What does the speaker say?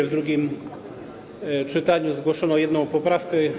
W drugim czytaniu zgłoszono jedną poprawkę.